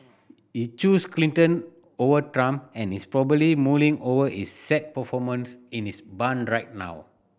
he chose Clinton over Trump and is probably mulling over his sad performance in his barn right now